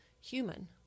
human